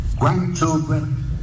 grandchildren